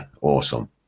Awesome